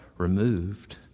removed